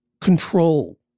Control